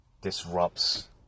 disrupts